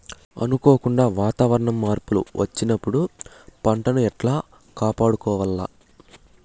అనుకోకుండా వాతావరణ మార్పులు వచ్చినప్పుడు పంటను ఎట్లా కాపాడుకోవాల్ల?